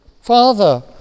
Father